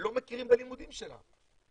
לא מכירים בלימודים שלה.